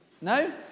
No